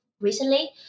recently